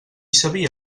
sabia